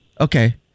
Okay